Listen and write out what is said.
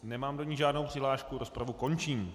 Nemám do ní žádnou přihlášku, rozpravu končím.